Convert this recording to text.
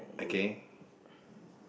okay